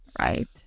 Right